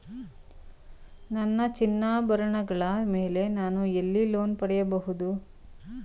ನನ್ನ ಚಿನ್ನಾಭರಣಗಳ ಮೇಲೆ ನಾನು ಎಲ್ಲಿ ಲೋನ್ ಪಡೆಯಬಹುದು?